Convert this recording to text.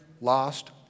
lost